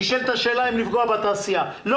נשאלת השאלה אם לפגוע בתעשייה בגלל זה.